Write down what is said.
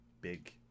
Big